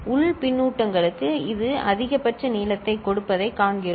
உள் பின்னூட்டங்களுக்கு இது அதிகபட்ச நீளத்தைக் கொடுப்பதைக் காண்கிறோம்